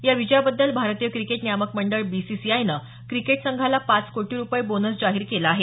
या विजयाबद्दल भारतीय क्रिकेट नियामक मंडळ बीसीसीआयनं क्रिकेट संघाला पाच कोटी रुपये बोनस जाहीर केला आहे